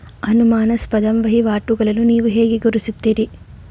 ಅನುಮಾನಾಸ್ಪದ ವಹಿವಾಟುಗಳನ್ನು ನೀವು ಹೇಗೆ ಗುರುತಿಸುತ್ತೀರಿ?